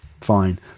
fine